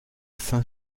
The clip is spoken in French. saint